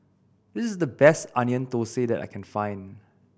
this is the best Onion Thosai that I can find